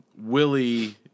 Willie